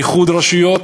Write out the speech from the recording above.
איחוד רשויות,